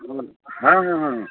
ହଁ ହଁ ହଁ